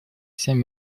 семь